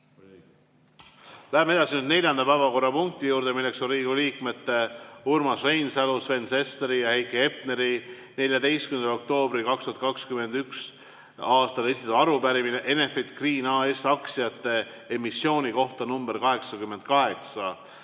Lähme edasi neljanda päevakorrapunkti juurde. See on Riigikogu liikmete Urmas Reinsalu, Sven Sesteri ja Heiki Hepneri 14. oktoobril 2021. aastal esitatud arupärimine Enefit Green AS aktsiate emissiooni kohta (nr 88).